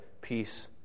peace